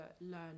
learn